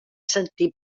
sentir